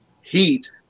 Heat